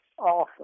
awesome